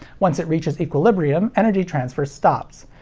once it reaches equilibrium, energy transfer stops.